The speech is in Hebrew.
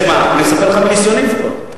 אספר לך מניסיוני לפחות.